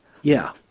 yeah,